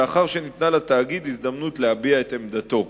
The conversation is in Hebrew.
ולאחר שניתנה לתאגיד הזדמנות להביע את עמדתו.